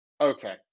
Okay